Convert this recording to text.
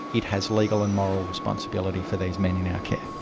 it has legal and moral responsibility for these men in our care.